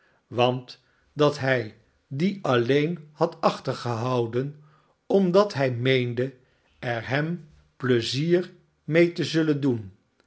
want dat hij dien alleen had achtergehouden omdat hij meende er hem pleizier mee te zullen doen